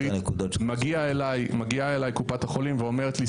מגיעה אליי קופת החולים ואומרת לי,